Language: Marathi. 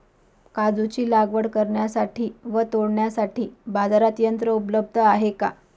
काजूची लागवड करण्यासाठी व तोडण्यासाठी बाजारात यंत्र उपलब्ध आहे का?